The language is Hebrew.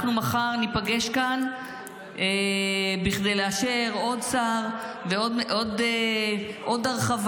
מחר ניפגש כאן בכדי לאשר עוד שר ועוד הרחבה,